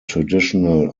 traditional